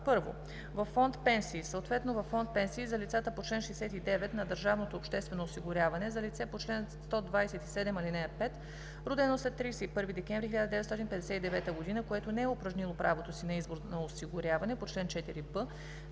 1. във фонд „Пенсии“, съответно във фонд „Пенсии за лицата по чл. 69“, на държавното обществено осигуряване; за лице по чл. 127, ал. 5, родено след 31 декември 1959 г., което не е упражнило правото на избор на осигуряване по чл. 4б,